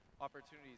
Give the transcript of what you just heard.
opportunities